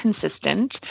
consistent